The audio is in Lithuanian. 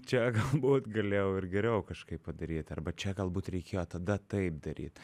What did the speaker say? čia galbūt galėjau ir geriau kažkaip padaryt arba čia galbūt reikėjo tada taip daryt